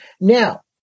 Now